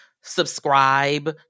subscribe